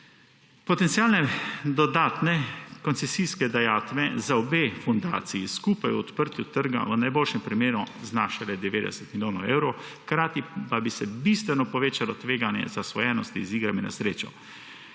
Potencialne dodatne koncesijske dajatve bi za obe fundaciji skupaj ob odprtju trga v najboljšem primeru znašale 90 milijonov evrov, hkrati pa bi se bistveno povečalo tveganje za zasvojenost z igrami na srečo.